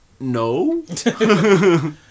No